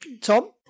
Tom